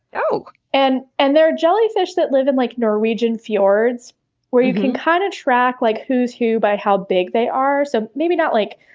and and there are jellyfish that live in like norwegian fjords where you can kind of track like who's who by how big they are. so maybe not like,